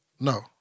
No